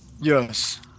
Yes